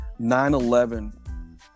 9-11